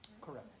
Correct